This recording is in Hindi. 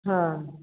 हाँ